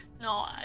No